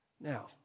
Now